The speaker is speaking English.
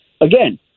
Again